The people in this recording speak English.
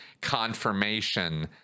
confirmation